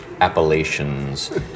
appellations